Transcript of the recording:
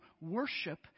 worship